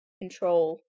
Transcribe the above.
control